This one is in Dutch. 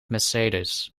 mercedes